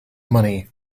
money